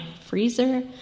freezer